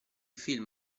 film